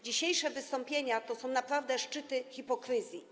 Dzisiejsze wystąpienia to są naprawdę szczyty hipokryzji.